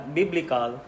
biblical